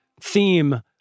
theme